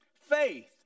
Faith